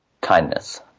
Kindness